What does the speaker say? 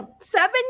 Seven